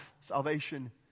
Salvation